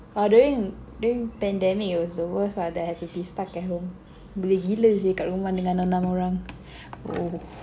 !wah! during during pandemic was the worst lah that I have to be stuck at home boleh gila sih kat rumah dengan enam orang !oof!